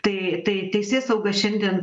tai tai teisėsauga šiandien